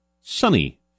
sunny